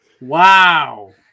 Wow